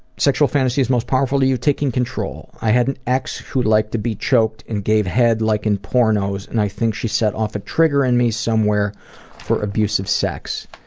sexual fantasies most powerful to you taking control. i had an ex who liked to be choked and gave head like in pornos and i think she set off a trigger in me somewhere for abusive sex.